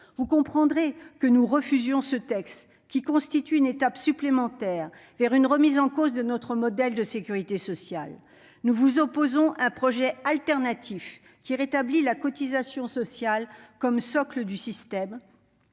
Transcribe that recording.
d'or, soyez-en assurés. Nous refusons ce texte, qui constitue une étape supplémentaire vers une remise en cause de notre modèle de sécurité sociale. Nous vous opposons un projet alternatif, qui rétablit la cotisation sociale comme socle du système,